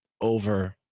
over